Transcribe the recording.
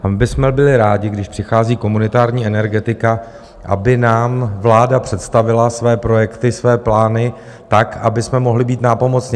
Tam bychom byli rádi, když přichází komunitární energetika, aby nám vláda představila své projekty, své plány, tak abychom mohli být nápomocni.